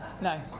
No